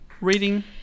reading